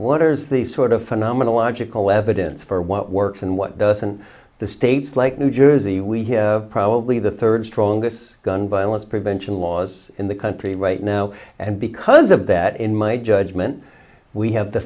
water's the sort of phenomenological evidence for what works and what doesn't the states like new jersey we hear probably the third strongest gun violence prevention laws in the country right now and because of that in my judgment we have the